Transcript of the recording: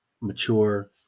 mature